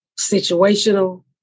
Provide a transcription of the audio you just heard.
situational